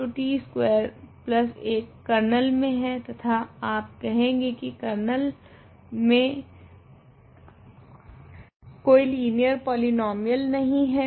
तो t square 1 kernel मे है तथा आप कहेगे की कर्नल मे कोई लिनियर पॉलीनोमीयल नहीं है